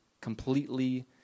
completely